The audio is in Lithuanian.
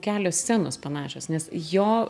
kelios scenos panašios nes jo